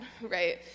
right